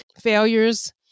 failures